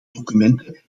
documenten